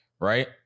Right